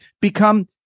become